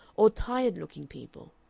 or tired-looking people.